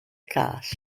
call